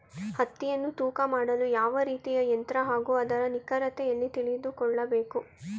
ಹತ್ತಿಯನ್ನು ತೂಕ ಮಾಡಲು ಯಾವ ರೀತಿಯ ಯಂತ್ರ ಹಾಗೂ ಅದರ ನಿಖರತೆ ಎಲ್ಲಿ ತಿಳಿದುಕೊಳ್ಳಬೇಕು?